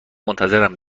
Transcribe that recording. منتظرم